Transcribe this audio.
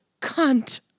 cunt